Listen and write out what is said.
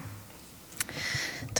מירון, ואחריה, חבר הכנסת עידן רול.